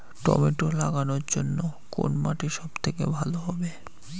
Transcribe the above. Tomato লাগানোর জন্যে কোন মাটি সব থেকে ভালো হবে?